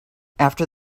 after